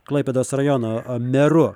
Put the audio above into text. klaipėdos rajono meru